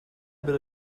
bit